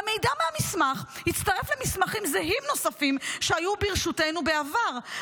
"המידע מהמסמך הצטרף למסמכים זהים נוספים שהיו ברשותנו בעבר,